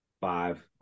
Five